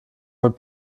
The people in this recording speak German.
mit